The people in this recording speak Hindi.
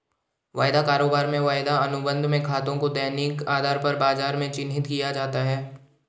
वायदा कारोबार में वायदा अनुबंध में खातों को दैनिक आधार पर बाजार में चिन्हित किया जाता है